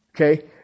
Okay